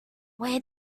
where